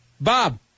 Bob